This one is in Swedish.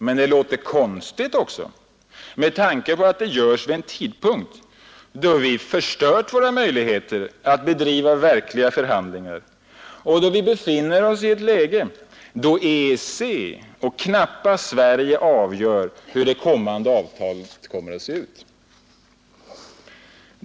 Men det låter konstigt också — med tanke på att det görs vid en tidpunkt då vi förstört våra möjligheter att bedriva verkliga förhandlingar och då vi befinner oss i ett läge när EEC och knappast Sverige avgör hur det kommande avtalet skall se ut.